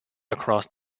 across